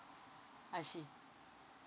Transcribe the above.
I see